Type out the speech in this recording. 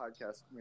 podcast